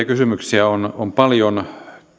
kysymyksiä on paljon